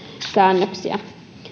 säännöksiä